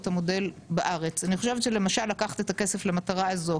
המודל בארץ אני חושבת שלמשל לקחת את הכסף למטרה הזו,